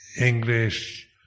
English